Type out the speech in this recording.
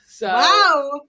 Wow